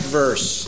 verse